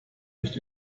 nicht